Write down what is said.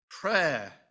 prayer